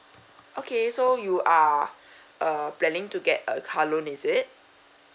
okay so you are err planning to get a car loan is it